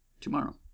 tomorrow